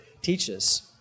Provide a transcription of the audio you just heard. teaches